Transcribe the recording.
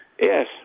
Yes